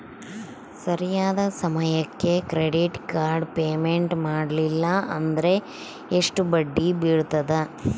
ಸರಿಯಾದ ಸಮಯಕ್ಕೆ credit card payment ಮಾಡಲಿಲ್ಲ ಅಂದ್ರೆ ಎಷ್ಟು ಬಡ್ಡಿ ಬೇಳ್ತದ?